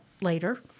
later